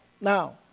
Now